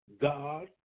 God